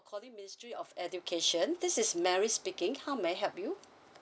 calling ministry of education this is mary speaking how may I help you